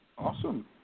Awesome